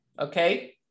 Okay